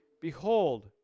Behold